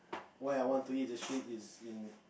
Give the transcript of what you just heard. what I want to eat is actually is in